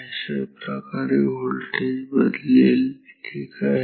अशाप्रकारे व्होल्टेज बदलेल ठीक आहे